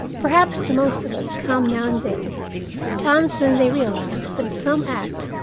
perhaps to most of us come now and then times when they realize that some act,